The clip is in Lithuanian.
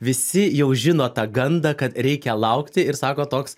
visi jau žino tą gandą kad reikia laukti ir sako toks